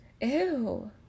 Ew